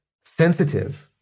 sensitive